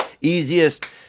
easiest